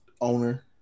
owner